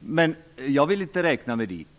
Men jag vill inte räkna mig som sådan.